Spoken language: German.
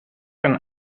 ein